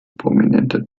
prominente